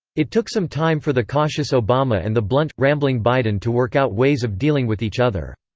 it took some time for the cautious obama and the blunt, rambling biden to work out ways of dealing with each other.